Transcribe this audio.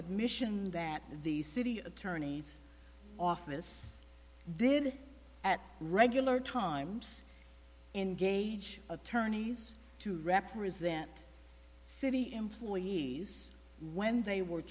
admission that the city attorney's office did at regular times in gage attorneys to represent city employees when they were